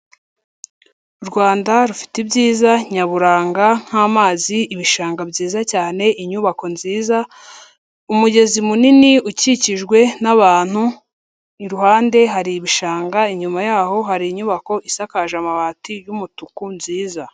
U Rwanda rufite ibyiza nyaburanga nk'amazi, ibishanga byiza cyane, inyubako nziza, umugezi munini ukikijwe n'abantu, iruhande hari ibishanga, inyuma yaho hari inyubako isakaje amabati y'umutuku nziza.